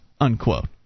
unquote